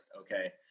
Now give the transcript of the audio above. okay